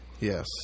Yes